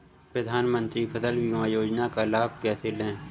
प्रधानमंत्री फसल बीमा योजना का लाभ कैसे लें?